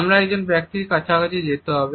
আমাদের একজন ব্যক্তির কাছাকাছি যেতে হবে